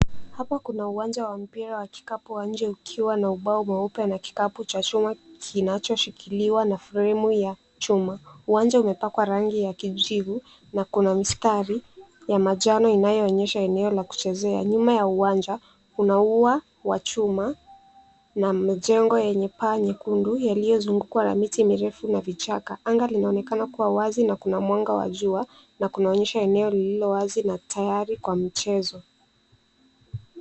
Hapa kuna uwanja wa mpira wa kikapu wa nje ukiwa na ubao mweupe kinachoshikiliwa na fremu ya chuma. Uwanja umepakwa rangi ya kijivu na kuna mistari ya majani yanayoonyesha eneo la kuchezea. Nyuma ya uwanja kuna ua wa chuma na majengo yenye paa nyekundu yaliyozungukwa na miti na vichaka. Anga linaonekana kuwa wazi na kuna mwanga wa jua na kunaonyesha eneo lililo wazi na tayari kwa michezo.